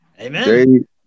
Amen